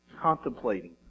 Contemplating